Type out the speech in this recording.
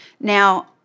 Now